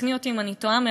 תקני אותי אם אני טועה,